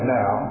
now